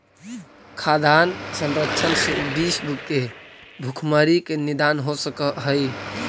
खाद्यान्न संरक्षण से विश्व के भुखमरी के निदान हो सकऽ हइ